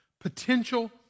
potential